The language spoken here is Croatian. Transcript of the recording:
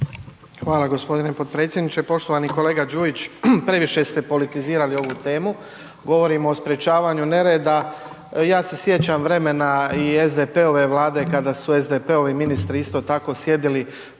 Hvala gospodine potpredsjedniče. Poštovani kolega Đujić previše ste politizirali ovu temu. Govorimo o sprječavanju nereda, ja se sjećam vremena i SDP-ove vlade kada su SDP-ovi ministri isto tako sjedili